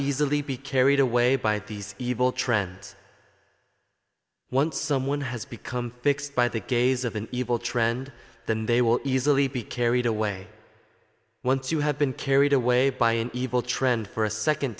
easily be carried away by these evil trends once someone has become fixed by the gaze of an evil trend then they will easily be carried away once you have been carried away by an evil trend for a second